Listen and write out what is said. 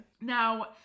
now